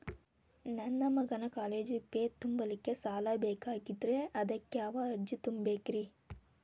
ನನ್ನ ಮಗನ college fee ತುಂಬಲಿಕ್ಕೆ ಸಾಲ ಬೇಕಾಗೆದ್ರಿ ಅದಕ್ಯಾವ ಅರ್ಜಿ ತುಂಬೇಕ್ರಿ?